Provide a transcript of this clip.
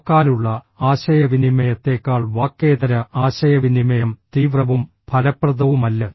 വാക്കാലുള്ള ആശയവിനിമയത്തേക്കാൾ വാക്കേതര ആശയവിനിമയം തീവ്രവും ഫലപ്രദവുമല്ല